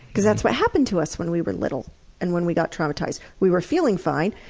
because that's what happened to us when we were little and when we got traumatized we were feeling fine,